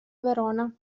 verona